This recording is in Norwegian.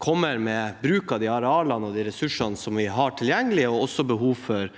kommer med bruk av de arealene og de ressursene som vi har tilgjengelig, og også med behov for